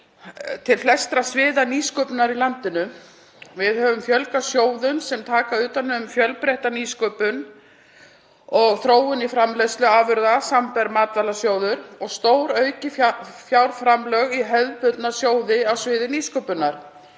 sem flestra sviða nýsköpunar í landinu. Við höfum fjölgað sjóðum sem taka utan um fjölbreytta nýsköpun og þróun framleiðsluafurða, samanber Matvælasjóð, og stóraukið fjárframlög í hefðbundna sjóði á sviði nýsköpunar.